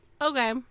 Okay